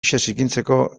zikintzeko